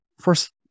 First